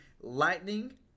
Lightning